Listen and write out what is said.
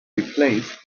replaced